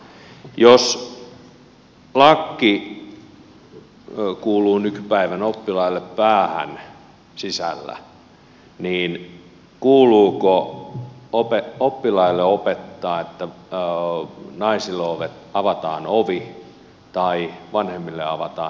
jos lakki kuuluu nykypäivän oppilaille päähän sisällä niin kuuluuko oppilaille opettaa että naisille avataan ovi tai vanhemmille avataan ovi